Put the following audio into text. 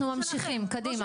אנחנו ממשיכים, קדימה.